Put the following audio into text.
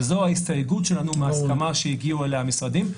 וזו ההסתייגות שלנו מההסכמה שהגיעו אליה המשרדים.